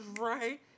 right